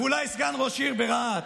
ואולי סגן ראש עיר ברהט,